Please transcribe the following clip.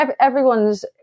everyone's